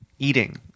Eating